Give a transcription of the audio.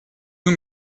nur